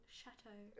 chateau